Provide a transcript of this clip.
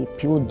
più